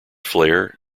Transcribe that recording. flair